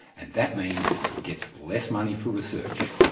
and that means it gets less money for research.